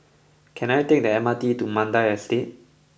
can I take the M R T to Mandai Estate